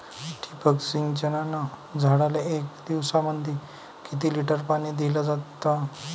ठिबक सिंचनानं झाडाले एक दिवसामंदी किती लिटर पाणी दिलं जातं?